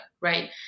right